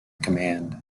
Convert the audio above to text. command